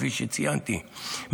כפי שציינתי,